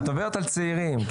את מדברת על צעירים.